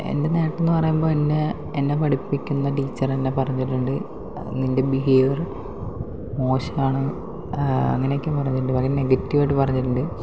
എന്റെ നേട്ടം എന്ന് പറയുമ്പോൾ എന്നേ എന്നെ പഠിപ്പിക്കുന്ന ടീച്ചർ തന്നെ പറഞ്ഞിട്ടുണ്ട് നിന്റെ ബിഹേവിയർ മോശമാണ് അങ്ങനെയൊക്കെയും പറഞ്ഞിട്ടുണ്ട് വളരെ നെഗറ്റീവായിട്ട് പറഞ്ഞിട്ടുണ്ട്